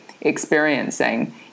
experiencing